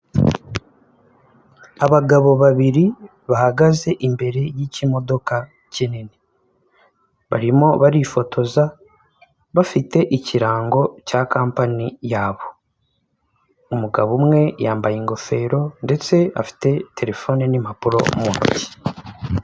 Abagabo babiri bahagaze imbere y'ikimodoka kinini, barimo barifotoza, bafite ikirango cya Kampani yabo, umugabo umwe yambaye ingofero ndetse afite terefone n'impapuro mu ntoki.